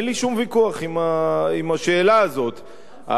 אין לי שום ויכוח בשאלה הזאת.